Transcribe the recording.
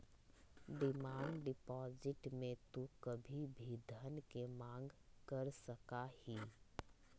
demand deposit में तू कभी भी धन के मांग कर सका हीं